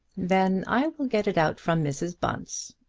then i will get it out from mrs. bunce.